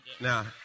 Now